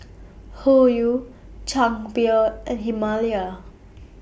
Hoyu Chang Beer and Himalaya